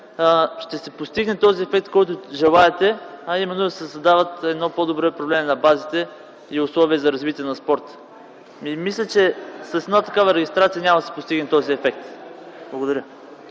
ще се постигне ефекта, който желаете, а именно да се създава едно по-добро управление на базите и условия за развитие на спорта. Мисля, че с една такава регистрация няма да се постигне този ефект. Благодаря.